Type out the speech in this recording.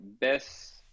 best